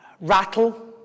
rattle